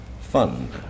Fund